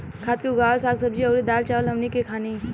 खाद से उगावल साग सब्जी अउर दाल चावल हमनी के खानी